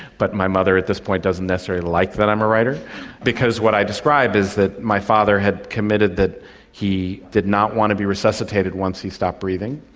but my mother at this point doesn't necessarily like that i'm a writer because what i describe is that my father had committed that he did not want to be resuscitated once he stopped breathing,